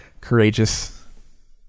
Courageous